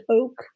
oak